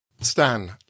Stan